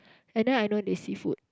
and then I know this seafood